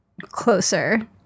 closer